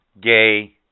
gay